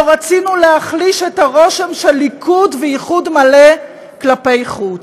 לא רצינו להחליש את הרושם של ליכוד ואיחוד מלא כלפי חוץ".